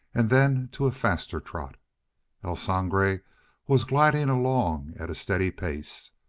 and then to a faster trot el sangre was gliding along at a steady pace.